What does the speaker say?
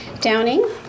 Downing